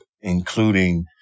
including